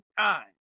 time